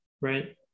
Right